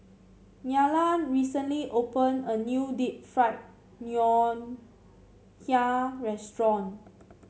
Nylah recently opened a new Deep Fried Ngoh Hiang Restaurant